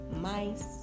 mice